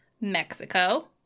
Mexico